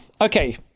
okay